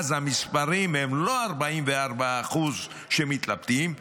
אז המספרים הם לא 44% שמתלבטים,